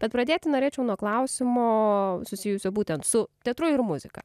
tad pradėti norėčiau nuo klausimo susijusio būtent su teatru ir muzika